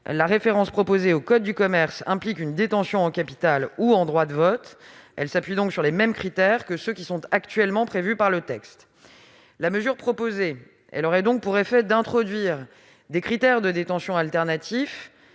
de l'amendement n° II-868 rectifié, implique une détention en capital ou en droits de vote. Elle s'appuie donc sur les mêmes critères que ceux actuellement prévus par le texte. La mesure proposée aurait pour effet d'introduire des critères de détention alternatifs